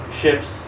ships